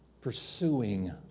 pursuing